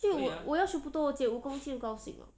就我要求不多我减五公斤就高兴了